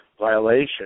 violation